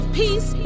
peace